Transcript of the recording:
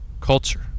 culture